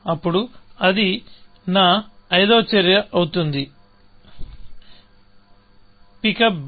అప్పుడు ఇది నా ఐదవ చర్య అవుతుంది పికప్ b